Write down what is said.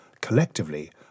collectively